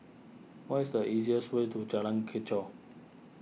what is the easiest way to Jalan Kechot